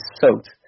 soaked